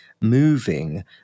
moving